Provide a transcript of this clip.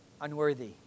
Unworthy